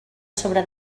sobre